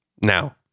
now